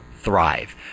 thrive